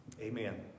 Amen